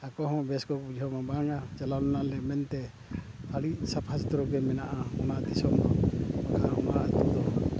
ᱟᱠᱚᱦᱚᱸ ᱵᱮᱥ ᱠᱚ ᱵᱩᱡᱷᱟᱹᱣ ᱢᱟ ᱵᱟᱝᱟ ᱪᱟᱞᱟᱣ ᱞᱮᱱᱟᱞᱮ ᱢᱮᱱᱛᱮ ᱟᱹᱰᱤ ᱥᱟᱯᱷᱟ ᱥᱩᱛᱨᱚ ᱜᱮ ᱢᱮᱱᱟᱜᱼᱟ ᱚᱱᱟ ᱫᱤᱥᱚᱢ ᱫᱚ ᱱᱟᱦᱟᱜ ᱚᱱᱟ ᱟᱛᱳ ᱫᱚ